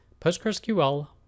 PostgreSQL